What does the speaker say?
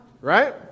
right